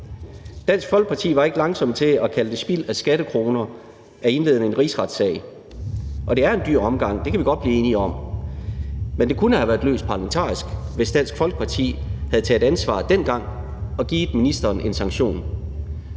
Dansk Folkeparti var ikke langsomme til at kalde det spild af skattekroner at indlede en rigsretssag. Og det er en dyr omgang, det kan vi godt blive enige om. Men det kunne have været løst parlamentarisk, hvis Dansk Folkeparti havde taget ansvar dengang og givet ministeren en sanktion.